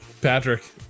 Patrick